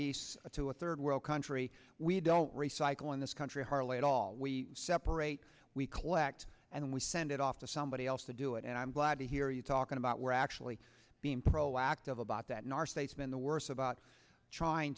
east to a third world country we don't recycle in this country hardly at all we separate we collect and we send it off to somebody else to do it and i'm glad to hear you talking about we're actually being proactive about that in our statesmen the worse about trying